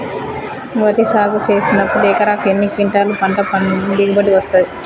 వరి సాగు చేసినప్పుడు ఎకరాకు ఎన్ని క్వింటాలు పంట దిగుబడి వస్తది?